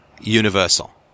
universal